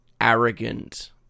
arrogant